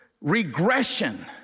regression